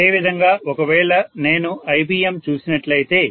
అదేవిధంగా ఒకవేళ నేను Ibm చూసినట్లయితే